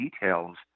details